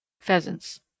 Pheasants